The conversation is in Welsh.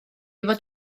fod